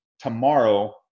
tomorrow